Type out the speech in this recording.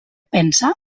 pensa